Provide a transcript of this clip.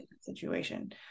situation